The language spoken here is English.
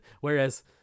Whereas